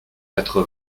quatre